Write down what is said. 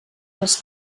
les